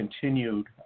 continued